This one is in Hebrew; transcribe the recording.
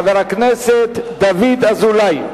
חבר הכנסת דוד אזולאי.